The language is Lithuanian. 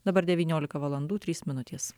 dabar devyniolika valandų trys minutės